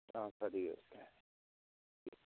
हाँ सर ये